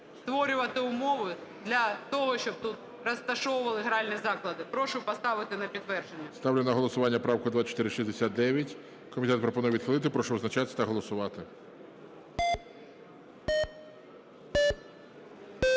створювати умови для того, щоб тут розташовували гральні заклади. Прошу поставити на підтвердження. ГОЛОВУЮЧИЙ. Ставлю на голосування правку 2469. Комітет пропонує відхилити. Прошу визначатись та голосувати.